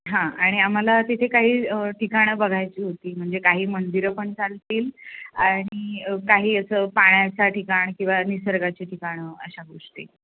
हां आणि आम्हाला तिथे काही ठिकाणं बघायची होती म्हणजे काही मंदिरं पण चालतील आणि काही असं पाण्याचा ठिकाण किंवा निसर्गाची ठिकाणं अशा गोष्टी